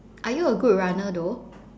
are you a good runner though